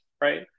right